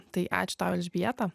tai ačiū tau elžbieta